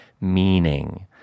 meaning